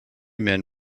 men